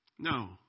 No